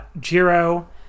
jiro